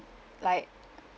like